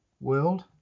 World